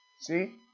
See